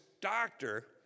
doctor